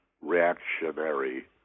reactionary